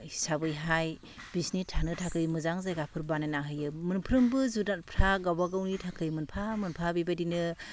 हिसाबैहाय बिसिनि थानो थाखै मोजां जायगाफोर बानायनानै होयो मोनफ्रोमबो जुनादफ्रा गावबागावनि थाखाय मोनफा मोनफा बेबायदिनो